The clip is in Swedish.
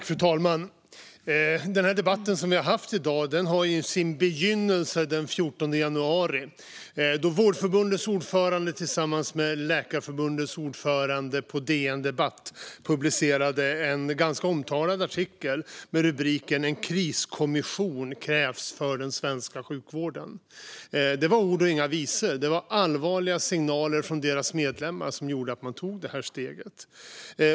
Fru talman! Den debatt vi haft i dag hade sin begynnelse den 14 januari, då Vårdförbundets ordförande tillsammans med Läkarförbundets ordförande på DN Debatt publicerade en ganska omtalad artikel med rubriken "En kriskommission krävs för sjukvården". Det var ord och inga visor. Det var allvarliga signaler från deras medlemmar som gjorde att de tog det här steget.